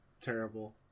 Terrible